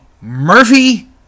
Murphy